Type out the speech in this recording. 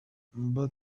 but